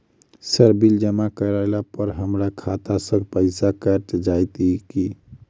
Sir bill जमा करला पर हमरा खाता सऽ पैसा कैट जाइत ई की?